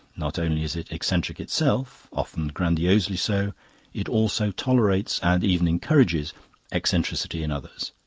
not only is it eccentric itself often grandiosely so it also tolerates and even encourages eccentricity in others.